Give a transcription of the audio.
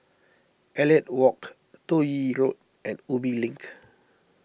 Elliot Walk Toh Yi Road and Ubi Link